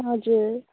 हजुर